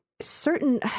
certain